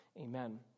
Amen